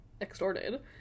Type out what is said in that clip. extorted